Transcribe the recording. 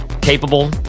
capable